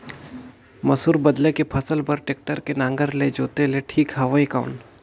मसूर बदले के फसल बार टेक्टर के नागर ले जोते ले ठीक हवय कौन?